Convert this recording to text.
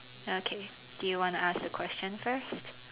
okay do you want to ask the question first